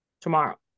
tomorrow